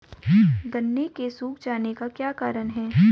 गन्ने के सूख जाने का क्या कारण है?